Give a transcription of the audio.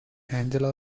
angela